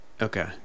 Okay